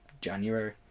January